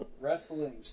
Wrestling